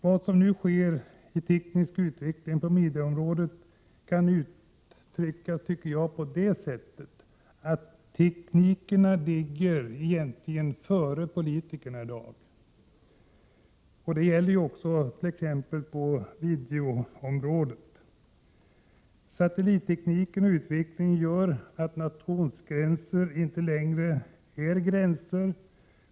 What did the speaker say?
Vad som nu sker i fråga om teknisk utveckling på medieområdet tycker jag kan uttryckas så, att teknikerna egentligen ligger före politikerna i dag. Det gäller också inom t.ex. videoområdet. Satellittekniken och utvecklingen gör att nationsgränser inte längre är några gränser.